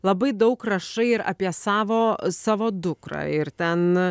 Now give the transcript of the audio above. labai daug rašai ir apie savo savo dukrą ir ten